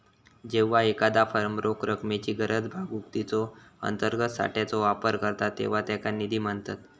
जेव्हा एखादा फर्म रोख रकमेची गरज भागवूक तिच्यो अंतर्गत साठ्याचो वापर करता तेव्हा त्याका निधी म्हणतत